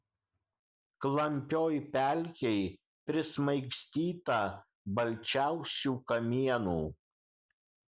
klampioj pelkėj prismaigstyta balčiausių kamienų